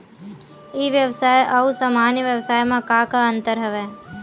ई व्यवसाय आऊ सामान्य व्यवसाय म का का अंतर हवय?